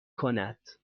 کند